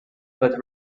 but